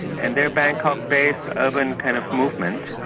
and their bangkok-based urban kind of movement,